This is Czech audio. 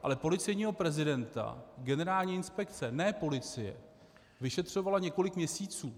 Ale policejního prezidenta generální inspekce, ne policie, vyšetřovala několik měsíců.